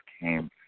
came